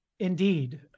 Indeed